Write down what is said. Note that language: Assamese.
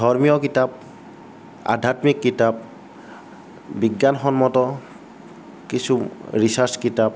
ধৰ্মীয় কিতাপ আধ্য়াত্মিক কিতাপ বিজ্ঞানসন্মত কিছু ৰিছাৰ্চ কিতাপ